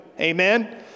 Amen